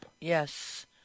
yes